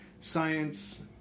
Science